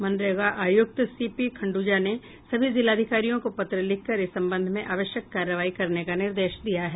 मनरेगा आयुक्त C P Khandraja ने सभी जिलाधिकारियों को पत्र लिखकर इस संबंध में आवश्यक कार्रवाई करने का निर्देश दिया है